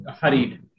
hurried